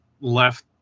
left